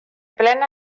plena